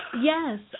yes